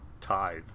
tithe